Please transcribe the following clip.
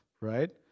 right